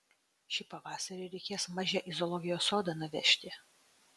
šį pavasarį reikės mažę į zoologijos sodą nuvežti